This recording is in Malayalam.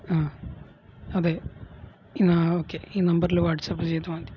ആ അതെ ആ ഓക്കെ ഈ നമ്പറില് വാട്സാപ്പ് ചെയ്താല് മതി